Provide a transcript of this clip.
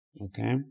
Okay